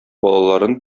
балаларын